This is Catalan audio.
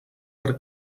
per